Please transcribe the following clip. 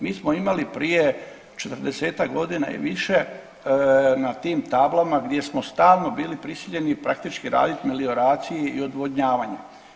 Mi smo imali prije 40-tak godina i više na tim tablama gdje smo stalno bili prisiljeni praktički radit meliorizaciji i odvodnjavanje.